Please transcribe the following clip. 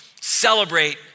celebrate